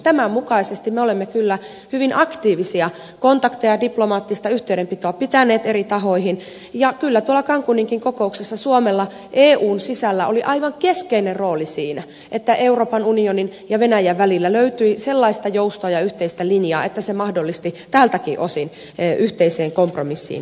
tämän mukaisesti me olemme kyllä hyvin aktiivisia meillä on kontakteja ja olemme diplomaattista yhteydenpitoa pitäneet eri tahoihin ja kyllä tuolla cancuninkin kokouksessa suomella eun sisällä oli aivan keskeinen rooli siinä että euroopan unionin ja venäjän välillä löytyi sellaista joustoa ja yhteistä linjaa että se mahdollisti tältäkin osin yhteiseen kompromissiin sitoutumisen